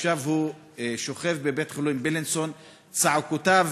עכשיו הוא שוכב בבית-החולים בילינסון וצעקותיו